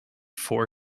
four